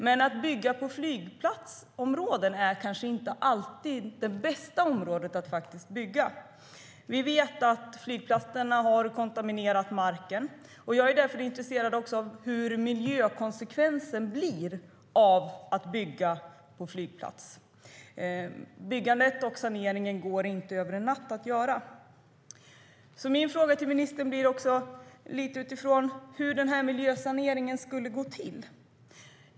Men flygplatsområden är kanske inte alltid de bästa områdena att bygga på. Vi vet att flygplatserna har kontaminerat marken, och jag är intresserad av vad miljökonsekvensen blir av att bygga där. Byggandet och saneringen kan inte göras över en natt. Min fråga till ministern blir hur den här miljösaneringen skulle gå till.